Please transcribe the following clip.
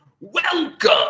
Welcome